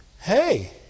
hey